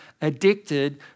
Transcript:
addicted